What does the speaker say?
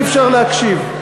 אי-אפשר להקשיב.